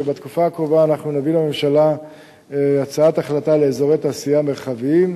שבתקופה הקרובה אנחנו נביא לממשלה הצעת החלטה על אזורי תעשייה מרחביים.